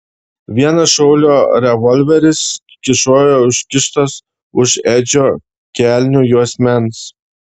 vienas šaulio revolveris kyšojo užkištas už edžio kelnių juosmens